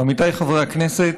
עמיתיי חברי הכנסת,